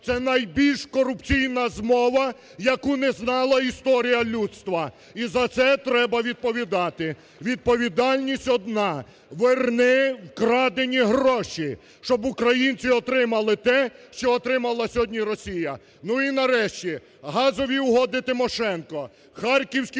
це найбільш корупційна змова, яку не знала історія людства! І за це треба відповідати! Відповідальність одна: верни вкрадені гроші! Щоб українці отримали те, що отримала сьогодні Росія. Ну, і нарешті, газові угоди Тимошенко, Харківські